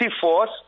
force